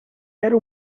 era